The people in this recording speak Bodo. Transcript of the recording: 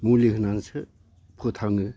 मुलि होनानैसो फोथाङो